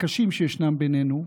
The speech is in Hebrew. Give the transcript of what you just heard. הקשים שישנם בינינו,